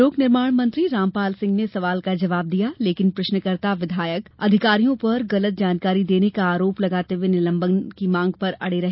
लोक निर्माण मंत्री रामपाल सिंह ने सवाल का जवाब दिया लेकिन प्रश्नकर्ता विधायक अधिकारियों पर गलत जानकारी देने का आरोप लगाते हुए निलंबन की मांग पर अडे रहे